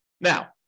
Now